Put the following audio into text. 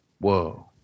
whoa